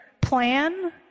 Plan